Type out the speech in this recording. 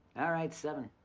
all right, seven.